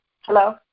Hello